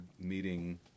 meeting